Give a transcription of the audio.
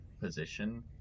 position